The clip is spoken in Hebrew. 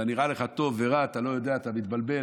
זה נראה לך טוב ורע, אתה לא יודע, אתה מתבלבל.